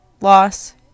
loss